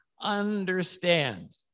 understand